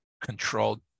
control